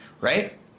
right